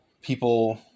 people